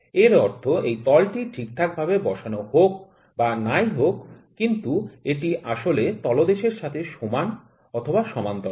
এর অর্থ এই তলটি ঠিকভাবে বসানো হোক বা নাই হোক কিন্তু এটি আসলে তলদেশের সাথে সমান অথবা সমান্তরাল